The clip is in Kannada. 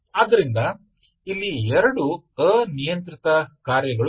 ಆದ್ದರಿಂದ ಇಲ್ಲಿ ಎರಡು ಅನಿಯಂತ್ರಿತ ಕಾರ್ಯಗಳು ಇವೆ